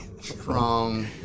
strong